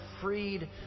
freed